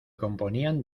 componían